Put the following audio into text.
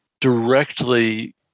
directly